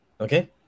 Okay